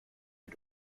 ihn